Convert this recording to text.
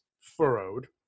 furrowed